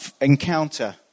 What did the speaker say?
encounter